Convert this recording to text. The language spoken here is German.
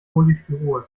polystyrol